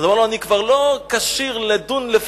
אז הוא אמר לו: אני כבר לא כשיר לדון אותך,